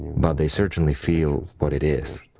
but they certainly feel what it is.